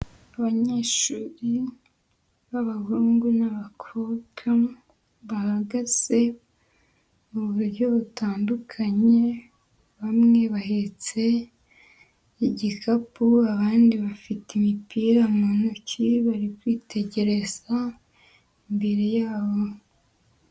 Abanyeshuri b'abahungu n'abakobwa, bahagaze mu buryo butandukanye, bamwe bahetse igikapu, abandi bafite imipira mu ntoki bari kwitegereza imbere yabo.